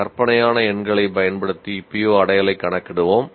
கற்பனையான எண்களைப் பயன்படுத்தி PO அடையலை கணக்கிடுவோம்